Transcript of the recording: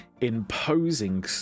imposing